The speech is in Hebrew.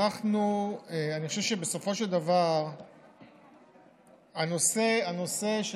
אני חושב שבסופו של דבר הנושא של